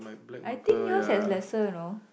I think yours has lesser you know